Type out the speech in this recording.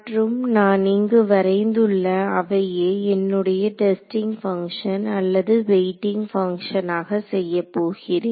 மற்றும் நான் இங்கு வரைந்துள்ள அவையே என்னுடைய டெஸ்டிங் பங்ஷன் அல்லது வெயிட்டிங் பங்க்ஷனாக செய்யப் போகிறேன்